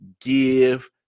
give